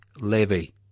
levy